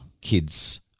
kids